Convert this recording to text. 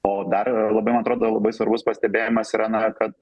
o dar yra labai man atrodo labai svarbus pastebėjimas yra na kad